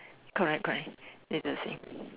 correct correct need to see